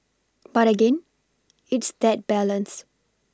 but again it's that balance